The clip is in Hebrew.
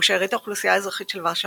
ושארית האוכלוסייה האזרחית של ורשה,